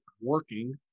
working